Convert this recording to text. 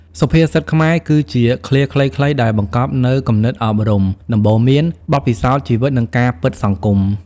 សុភាសិតខ្មែរ គឺជាឃ្លាខ្លីៗដែលបង្កប់នូវគំនិតអប់រំ ដំបូន្មាន បទពិសោធន៍ជីវិត និងការពិតសង្គម។